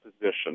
position